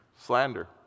slander